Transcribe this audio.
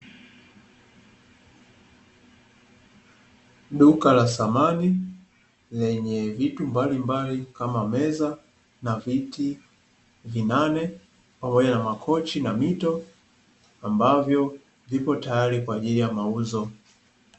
Duka la samani lenye vitu mbalimbali kama: meza na viti vinane, pamoja na makochi na mito ambavyo viko tayari kwa ajili ya mauzo.